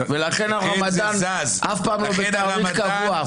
ולכן הרמדאן אף פעם לא בתאריך קבוע.